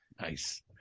Nice